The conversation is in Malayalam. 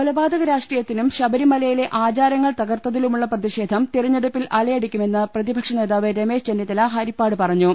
കൊലപാതക രാഷ്ട്രീയത്തിനും ശബരിമലയിലെ ആചാരങ്ങൾ തകർത്തതിലുമുള്ള പ്രതിഷേധം തെരഞ്ഞെടുപ്പിൽ അലയടിക്കുമെന്ന് പ്രതിപക്ഷ നേതാവ് രമേശ് ചെന്നിത്തല ഹരിപ്പാട് പറഞ്ഞു